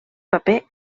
paper